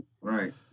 Right